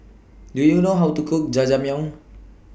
Do YOU know How to Cook Jajangmyeon